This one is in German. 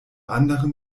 anderem